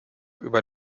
über